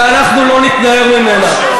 ואנחנו לא נתנער ממנה.